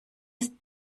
ist